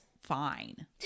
fine